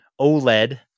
OLED